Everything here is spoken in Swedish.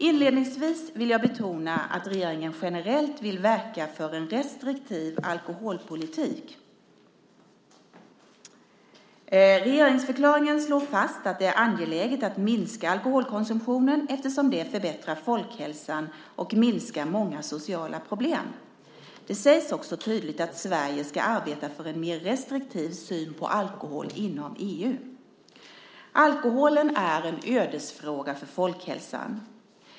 Inledningsvis vill jag betona att regeringen generellt vill verka för en restriktiv alkoholpolitik. Regeringsförklaringen slår fast att det är angeläget att minska alkoholkonsumtionen eftersom det förbättrar folkhälsan och minskar många sociala problem. Det sägs också tydligt att Sverige ska arbeta för en mer restriktiv syn på alkohol inom EU. Alkoholen är en ödesfråga för folkhälsan.